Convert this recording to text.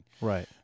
Right